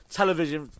television